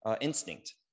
instinct